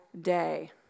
day